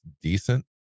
decent